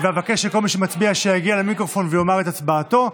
אני אבקש שכל מי שמצביע יגיע למיקרופון ויאמר את הצבעתו.